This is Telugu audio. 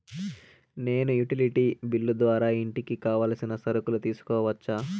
నేను యుటిలిటీ బిల్లు ద్వారా ఇంటికి కావాల్సిన సరుకులు తీసుకోవచ్చా?